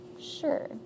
Sure